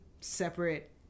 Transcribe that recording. separate